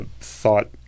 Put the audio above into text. thought